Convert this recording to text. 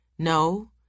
No